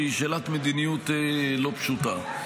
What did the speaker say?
שהיא שאלת מדיניות לא פשוטה.